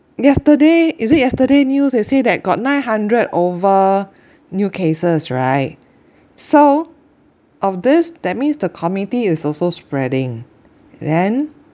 yesterday is it yesterday news they say that got nine hundred over new cases right so of this that means the community is also spreading then